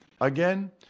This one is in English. again